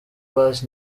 bass